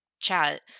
chat